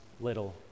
little